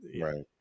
Right